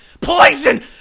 Poison